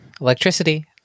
electricity